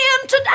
today